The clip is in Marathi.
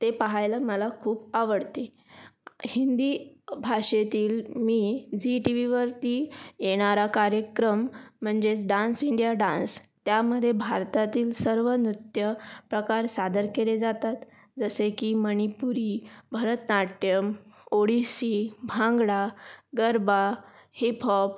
ते पहायला मला खूप आवडते हिंदी भाषेतील मी झी टी वीवरती येणारा कार्यक्रम म्हणजेच डान्स इंडिया डान्स त्यामध्ये भारतातील सर्व नृत्य प्रकार सादर केले जातात जसे की मणिपुरी भरतनाट्यम ओडिसी भांगडा गरबा हिपहॉप